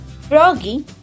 FROGGY